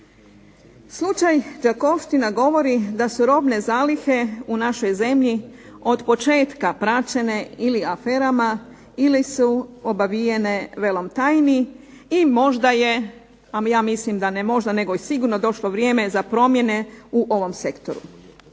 Slučaj "Đakovština" govori da su robne zalihe u našoj zemlji od početka praćene ili aferama ili su obavijene velom tajni i možda je, ja mislim da ne možda nego i sigurno, došlo vrijeme za promjene u ovom sektoru.